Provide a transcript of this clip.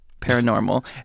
Paranormal